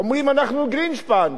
אומרים: אנחנו גרינשפן.